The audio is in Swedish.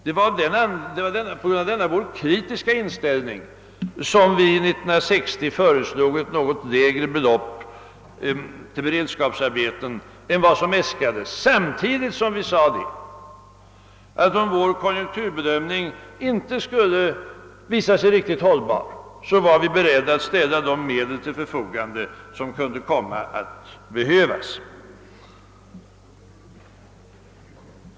Det var på grund av denna vår kritiska inställning till vanliga beredskapsarbeten som vi 1960 föreslog ett något lägre belopp till sådana än vad som äskades samtidigt som vi sade att om vår konjunkturbedömning inte skulle visa sig riktigt hållbar så var vi beredda att ställa de medel till förfogande som kunde komma att behövas.